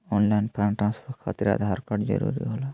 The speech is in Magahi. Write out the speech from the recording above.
ऑनलाइन फंड ट्रांसफर खातिर आधार कार्ड जरूरी होला?